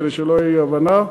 כדי שלא תהיה אי-הבנה.